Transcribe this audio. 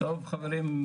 חברים,